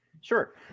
Sure